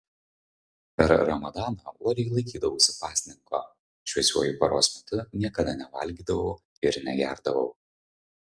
per ramadaną uoliai laikydavausi pasninko šviesiuoju paros metu niekada nevalgydavau ir negerdavau